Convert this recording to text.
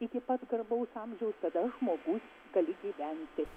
iki pat garbaus amžiaus tada žmogus gali gyventi